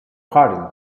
pardon